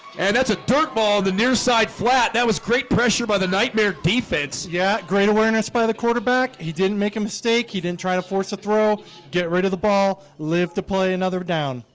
and that's a dirt ball the near side flat that was great pressure by the nightmare defense. yeah, great awareness by the quarterback. he didn't make a mistake he didn't try to force a throw get rid of the ball live to play another down.